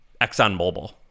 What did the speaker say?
ExxonMobil